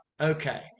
Okay